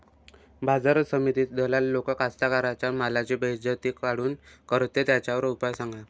बाजार समितीत दलाल लोक कास्ताकाराच्या मालाची बेइज्जती काऊन करते? त्याच्यावर उपाव सांगा